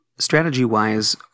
Strategy-wise